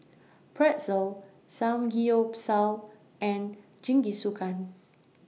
Pretzel Samgeyopsal and Jingisukan